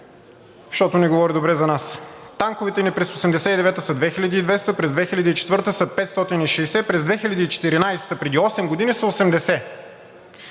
защото не говори добре за нас. Танковете ни през 1989 г. са 2200, през 2004 г. са 560, през 2014 г., преди осем години, са 80.